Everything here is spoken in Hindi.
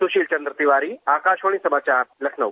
सुशील चंद्र तिवारी आकाशवाणी समाचार लखनऊ